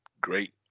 great